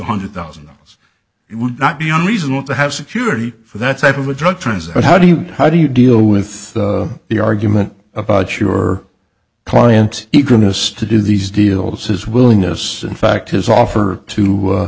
hundred thousand dollars it would not be unreasonable to have security for that type of a drug turns out how do you how do you deal with the argument about your client eagerness to do these deals his willingness in fact his offer to